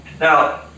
Now